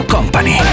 Company